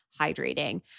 hydrating